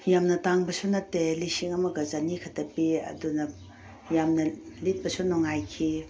ꯌꯥꯝꯅ ꯇꯥꯡꯕꯁꯨ ꯅꯠꯇꯦ ꯂꯤꯁꯤꯡ ꯑꯃꯒ ꯆꯥꯅꯤꯈꯛꯇ ꯄꯤ ꯑꯗꯨꯅ ꯌꯥꯝꯅ ꯂꯤꯠꯄꯁꯨ ꯅꯨꯡꯉꯥꯏꯈꯤ